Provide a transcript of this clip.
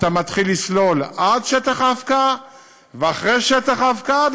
אתה מתחיל לסלול עד שטח ההפקעה ואחרי שטח ההפקעה,